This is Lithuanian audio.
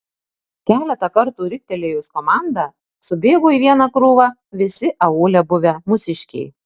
keletą kartų riktelėjus komandą subėgo į vieną krūvą visi aūle buvę mūsiškiai